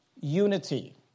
unity